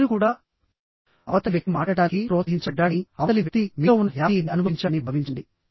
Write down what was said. మీరు కూడా అవతలి వ్యక్తి మాట్లాడటానికి ప్రోత్సహించబడ్డాడని అవతలి వ్యక్తి మీలో ఉన్న హ్యాపీ ని అనుభవించాడని భావించండి